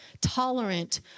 tolerant